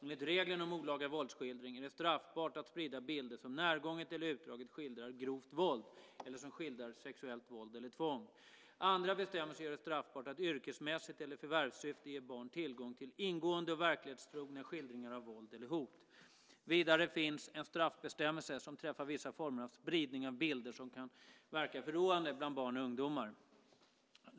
Enligt reglerna om olaga våldsskildring är det straffbart att sprida bilder som närgånget eller utdraget skildrar grovt våld eller som skildrar sexuellt våld eller tvång. Andra bestämmelser gör det straffbart att yrkesmässigt eller i förvärvssyfte ge barn tillgång till ingående och verklighetstrogna skildringar av våld eller hot. Vidare finns det en straffbestämmelse som träffar vissa former av spridning av bilder som kan verka förråande bland barn och ungdomar.